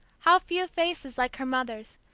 how few faces, like her mother's,